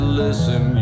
listen